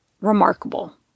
remarkable